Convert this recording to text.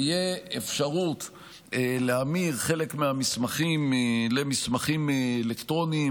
תהיה אפשרות להמיר חלק מהמסמכים למסמכים אלקטרוניים